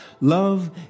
Love